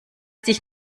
dich